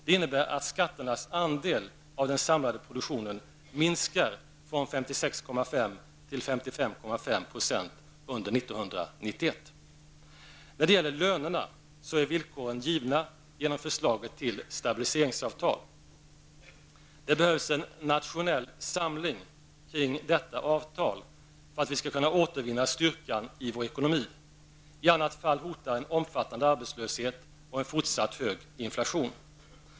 Det innebär att skatternas andel av den samlade produktionen minskar från 56,5 till 55,5 % under När det gäller lönerna är villkoren givna genom förslaget till stabiliseringsavtal. Det behövs en nationell samling kring detta avtal för att vi skall kunna återvinna styrkan i vår ekonomi. I annat fall hotar en omfattande arbetslöshet och en fortsatt hög inflation.